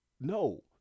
no